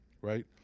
right